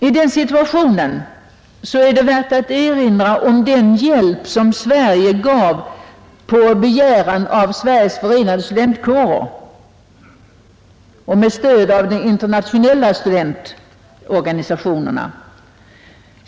I den situationen är det värt att erinra om den hjälp som Sverige gav på begäran av Sveriges förenade studentkårer och med stöd av de internationella studentorganisationerna.